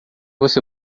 você